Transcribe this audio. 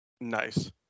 Nice